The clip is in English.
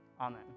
Amen